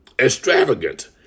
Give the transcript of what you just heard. extravagant